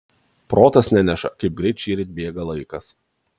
protas neneša kaip greit šįryt bėga laikas